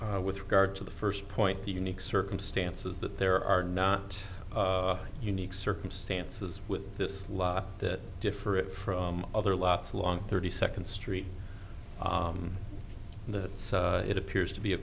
that with regard to the first point the unique circumstances that there are not unique circumstances with this law that different from other lots along thirty second street that it appears